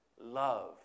love